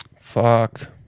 Fuck